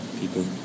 people